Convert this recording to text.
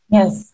Yes